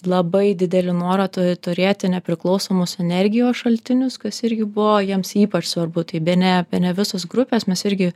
labai didelį norą turi turėti nepriklausomus energijos šaltinius kas irgi buvo jiems ypač svarbu tai bene bene visos grupės mes irgi